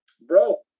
bro